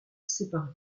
séparé